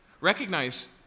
Recognize